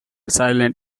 silent